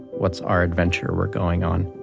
what's our adventure we're going on?